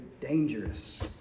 dangerous